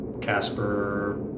Casper